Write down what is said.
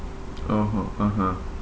oh oh (uh huh)